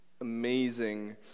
amazing